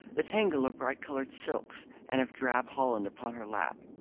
the tangle of bright-coloured silks and of drab holland upon her lap,